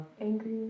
angry